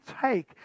take